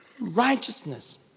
righteousness